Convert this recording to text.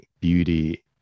beauty